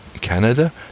Canada